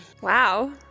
Wow